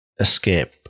escape